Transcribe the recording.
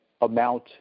amount